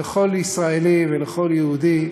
לכל ישראלי ולכל יהודי,